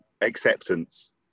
acceptance